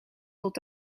tot